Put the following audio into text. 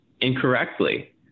incorrectly